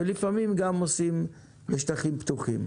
ולפעמים גם בונים בשטחים פתוחים.